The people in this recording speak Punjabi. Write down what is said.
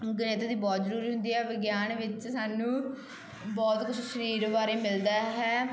ਗਣਿਤ ਦੀ ਬਹੁਤ ਜ਼ਰੂਰੀ ਹੁੰਦੀ ਆ ਵਿਗਿਆਨ ਵਿੱਚ ਸਾਨੂੰ ਬਹੁਤ ਕੁਛ ਸ਼ਰੀਰ ਬਾਰੇ ਮਿਲਦਾ ਹੈ